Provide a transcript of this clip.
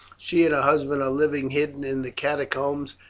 she and her husband are living hidden in the catacombs,